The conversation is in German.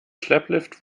schlepplift